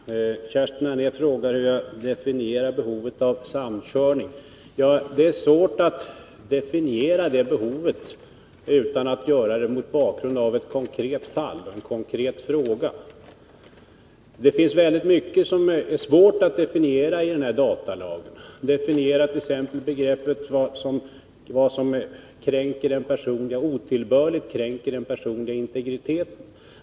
Herr talman! Kerstin Anér frågar hur jag definierar behovet av samkörning. Ja, det är svårt att definiera det behovet utan att göra det mot bakgrund av ett konkret fall, en konkret fråga. Det finns väldigt mycket som är svårt att definiera i datalagen — t.ex. att definiera begreppet vad som otillbörligt kränker den personliga integriteten.